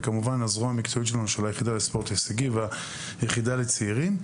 הזרוע של הממשלה לספורט הישגי והיחיד לצעירים,